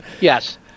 yes